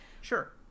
sure